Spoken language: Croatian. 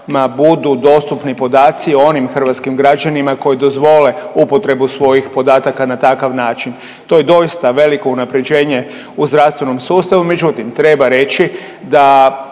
budu dostupni podaci o onim hrvatskim građanima koji dozvole upotrebu svojih podataka na takav način. To je doista veliko unaprjeđenje u zdravstvenom sustavu, međutim treba reći da